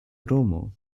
romo